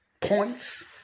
Points